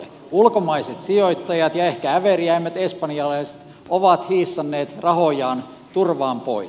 ulkomaiset sijoittajat ja ehkä äveriäimmät espanjalaiset ovat hiissanneet rahojaan turvaan pois